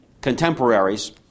contemporaries